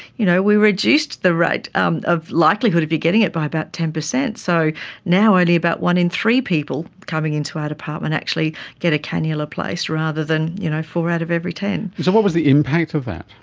you know we reduced the rate um of likelihood of you getting it by about ten percent. so now only about one in three people coming into our department actually get a cannula placed, rather than you know four out of every ten. so what was the impact of that?